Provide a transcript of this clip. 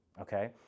Okay